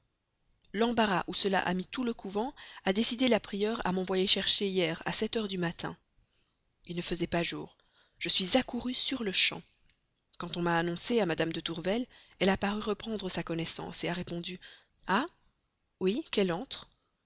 l'embarras où cela a mis tout le couvent a décidé la prieure à m'envoyer chercher hier à sept heures du matin il ne faisait pas jour je suis accourue sur-le-champ quand on m'a annoncée à mme de tourvel elle a paru reprendre sa connaissance a répondu ah oui qu'elle entre